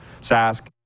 Sask